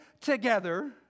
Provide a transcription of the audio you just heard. together